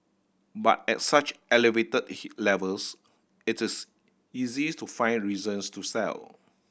but at such elevated levels it is easy to find reasons to sell